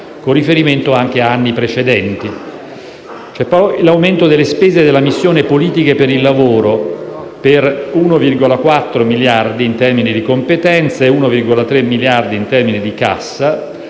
con riferimento anche ad anni precedenti. Vi è poi l'aumento delle spese della missione «Politiche per il lavoro» per 1,4 miliardi in termini di competenza e 1,3 miliardi in termini di cassa,